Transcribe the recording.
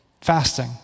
Fasting